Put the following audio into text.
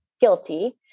guilty